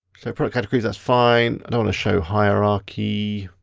so product categories, that's fine. i don't wanna show hierarchy.